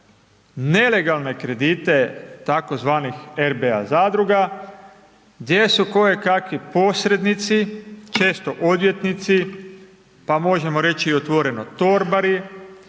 nelegalne kredite, tzv. RBA zadruga, gdje su kojekakvi posrednici, često odvjetnici, pa možemo reći i otvoreno torbari,